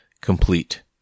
complete